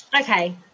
Okay